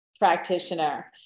Practitioner